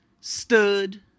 stood